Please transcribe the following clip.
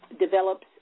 develops